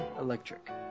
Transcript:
Electric